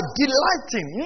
delighting